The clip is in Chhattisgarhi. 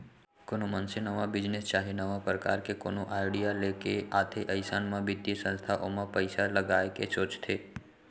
कोनो मनसे नवा बिजनेस चाहे नवा परकार के कोनो आडिया लेके आथे अइसन म बित्तीय संस्था ओमा पइसा लगाय के सोचथे